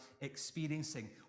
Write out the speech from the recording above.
experiencing